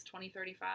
2035